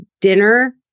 dinner